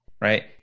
right